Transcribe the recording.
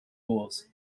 oars